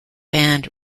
band